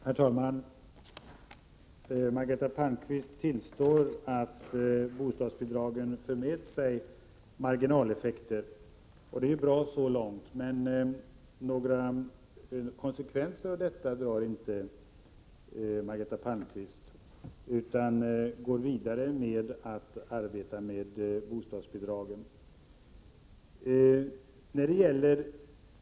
Herr talman! Margareta Palmqvist tillstår att bostadsbidragen för med sig marginaleffekter, och det är bra så långt, men några konsekvenser av detta drar inte Margareta Palmqvist utan arbetar vidare med bostadsbidragen.